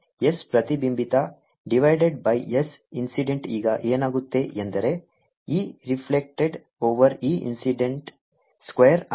ಆದ್ದರಿಂದ S ಪ್ರತಿಬಿಂಬಿತ divided by S incident ಈಗ ಏನಾಗುತ್ತೆ ಎಂದರೆ E reflected over E incident square ಆಗಿದೆ